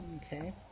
Okay